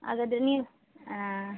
ಹಾಗಾದ್ರೆ ನೀವು